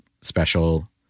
special